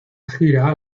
gira